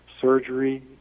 surgery